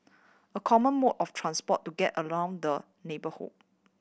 a common mode of transport to get around the neighbourhood